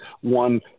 one